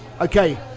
Okay